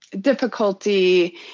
difficulty